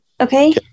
okay